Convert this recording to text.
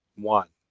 one.